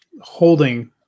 holding